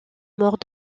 mort